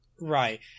Right